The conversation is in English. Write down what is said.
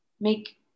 make